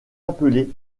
appelés